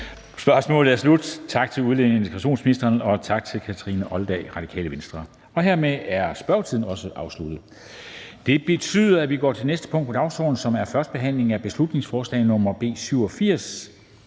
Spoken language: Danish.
Spørgsmålet er slut. Tak til udlændinge- og integrationsministeren, og tak til Kathrine Olldag, Radikale Venstre. Hermed er spørgetiden også afsluttet. --- Det næste punkt på dagsordenen er: 2) 1. behandling af beslutningsforslag nr. B 87: